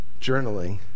journaling